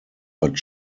but